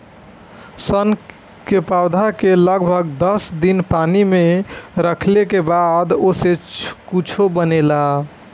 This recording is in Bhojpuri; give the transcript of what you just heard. सन के पौधा के लगभग दस दिन पानी में रखले के बाद ओसे कुछू बनेला